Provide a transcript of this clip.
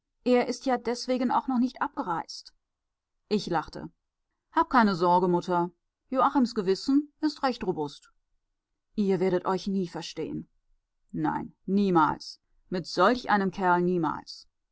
er ist ja deswegen auch noch nicht abgereist ich lachte hab keine sorge mutter joachims gewissen ist recht robust ihr werdet euch nie verstehen nein niemals mit solch einem kerl niemals